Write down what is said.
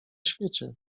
świecie